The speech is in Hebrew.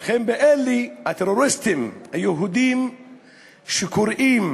להילחם בטרוריסטים היהודים שקוראים